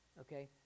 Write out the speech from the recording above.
Okay